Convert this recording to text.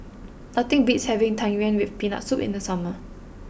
nothing beats having Tang Yuen with Peanut Soup in the summer